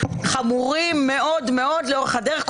חמורים מאוד מאוד לאורך הדרך,